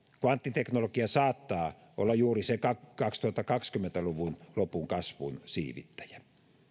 kvanttiteknologia saattaa olla juuri se kaksituhattakaksikymmentä luvun lopun kasvun siivittäjä